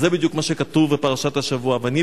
זה בדיוק מה שכתוב בפרשת השבוע: "ונהי